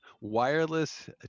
wireless